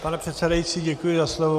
Pane předsedající, děkuji za slovo.